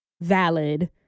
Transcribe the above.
Valid